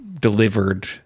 delivered